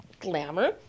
glamour